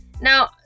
Now